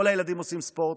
כל הילדים עושים ספורט.